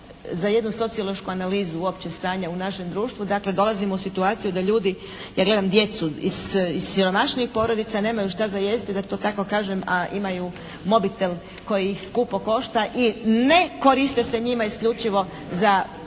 za jednu socijološku analizu općeg stanja u našem društvu. Dakle, dolazimo u situaciju da ljudi, ja gledam ljudi iz siromašnijih porodica nemaju šta za jesti da to tako kažem, a imaju mobitel koji ih skupo košta i ne koriste se njime isključivo za